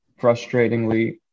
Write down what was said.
frustratingly